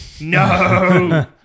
No